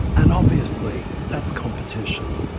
and obviously that's competition.